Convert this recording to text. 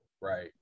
right